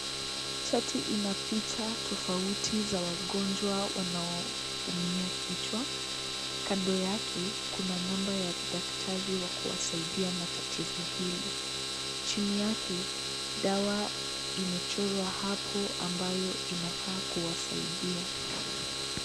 Chati ina picha tofauti za wagonjwa wanaoumia kichwa. Kando yake kuna numba ya daktari wa kuwasaidia na tatizo hili. Chini yake dawa imechorwa hapo ambayo inafaa kuwasaidia.